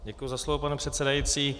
Děkuji za slovo, pane předsedající.